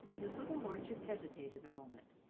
his little lordship hesitated a moment.